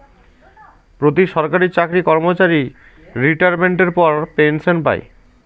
প্রতি সরকারি চাকরি কর্মচারী রিটাইরমেন্টের পর পেনসন পায়